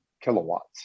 kilowatts